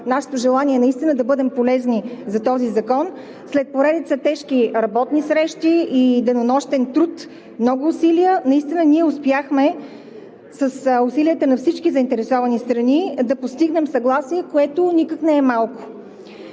нашето желание наистина да бъдем полезни за този закон, след поредица тежки работни срещи, денонощен труд и много усилия, ние наистина успяхме с усилията на всички заинтересовани страни да постигнем съгласие, което никак не е малко.